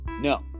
No